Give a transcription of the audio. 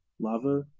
lava